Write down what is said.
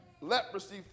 leprosy